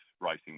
racing